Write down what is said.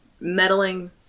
meddling